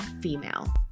female